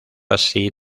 así